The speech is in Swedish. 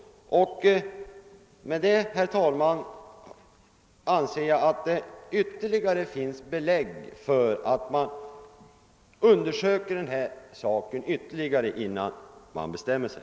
Jag anser att vad jag här redovisat, utgör ännu ett skäl för att man bör undersöka saken ytterligare innan man bestämmer sig.